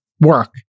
work